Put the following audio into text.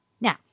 Now